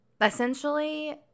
Essentially